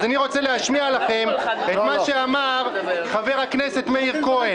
אז אני רוצה להשמיע לכם את מה שאמר חבר הכנסת מאיר כהן.